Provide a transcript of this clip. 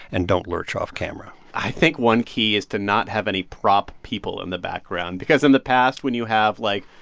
and don't lurch off camera i think one key is to not have any prop people in the background because in the past when you have, like,